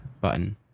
button